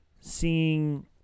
seeing